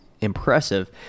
impressive